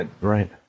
Right